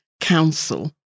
Council